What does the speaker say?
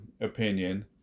opinion